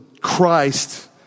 Christ